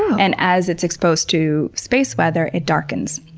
and as it's exposed to space weather it darkens.